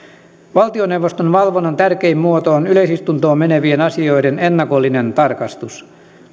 valtioneuvoston valvonnan tärkein muoto on yleisistuntoon menevien asioiden ennakollinen tarkastus